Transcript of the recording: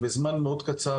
בזמן מאוד קצר,